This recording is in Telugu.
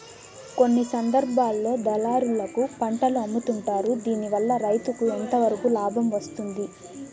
కొన్ని సందర్భాల్లో దళారులకు పంటలు అమ్ముతుంటారు దీనివల్ల రైతుకు ఎంతవరకు లాభం వస్తుంది?